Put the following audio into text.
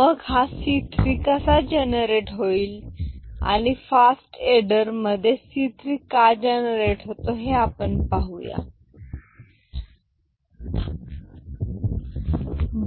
मग हा c3 कसा जनरेट होत असेल आणि फास्ट एडर मध्ये c3 का जनरेट होतो हे आपण पाहू या